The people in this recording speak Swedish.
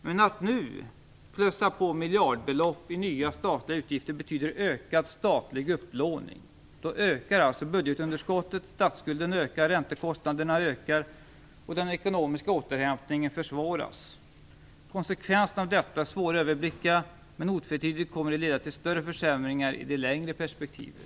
Men att nu lägga till miljardbelopp i nya statliga utgifter betyder ökad statlig upplåning. Då ökar alltså budgetunderskottet, statsskulden ökar, räntekostnaderna ökar och den ekonomiska återhämtningen försvåras. Konsekvenserna av detta är svåra att överblicka, men de kommer otvetydigt att leda till större försämringar i det längre perspektivet.